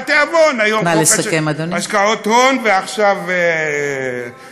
התיאבון, היום חוק השקעות הון, ועכשיו זה.